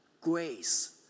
grace